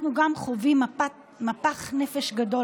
אנחנו גם חווים מפח נפש גדול,